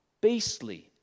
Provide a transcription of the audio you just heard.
Beastly